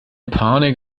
panik